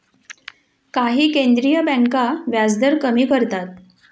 काही केंद्रीय बँका व्याजदर कमी करतात